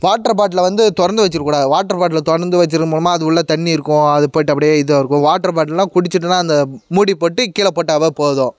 water bottle வந்து திறந்து வச்சுருக்கக்கூடாது வாட்டர் பாட்டில் திறந்து வச்சுருக்கது மூலமாக அது உள்ளே தண்ணி இருக்கும் அது போயிட்டு அப்படியே இதாக இருக்கும் வாட்டர் பாட்டிலெலாம் குடிச்சுட்டோனா அந்த மூடி போட்டு கீழே போட்டோவே போதும்